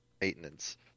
maintenance